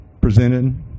presented